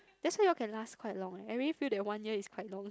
that's why you all can last quite long eh and we feel that one year is quite long